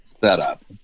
setup